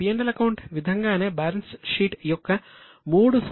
P L account విధంగానే balance sheet యొక్క 3 సంవత్సరాల గణాంకాలు ఇవ్వబడ్డాయి